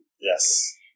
Yes